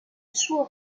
suo